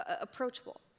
approachable